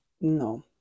No